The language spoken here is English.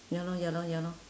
ya lor ya lor ya lor